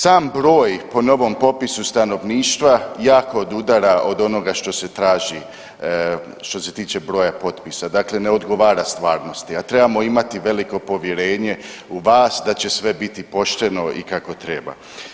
Sam broj po novom popisu stanovništva jako odudara od onoga što se traži što se tiče broja potpisa, dakle ne odgovara stvarnosti, a trebamo imati veliko povjerenje u vas da će sve biti pošteno i kako treba.